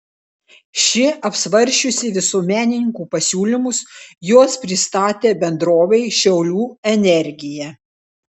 ši apsvarsčiusi visuomenininkų pasiūlymus juos pristatė bendrovei šiaulių energija